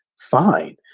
fine,